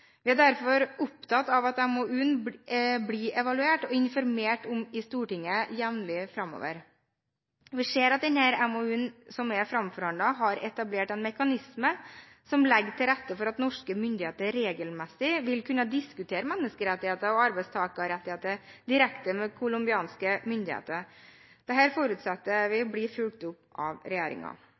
Vi er derfor opptatt av at MoU-en blir evaluert og informert om i Stortinget jevnlig framover. Vi ser at MoU-en som er framforhandlet, har etablert en mekanisme som legger til rette for at norske myndigheter regelmessig vil kunne diskutere menneskerettigheter og arbeidstakerrettigheter direkte med colombianske myndigheter. Dette forutsetter vi vil bli fulgt opp av